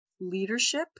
Leadership